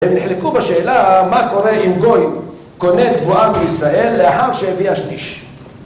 הם נחלקו בשאלה מה קורה אם גוי קונה תבואה מישראל לאחר שהביא השניש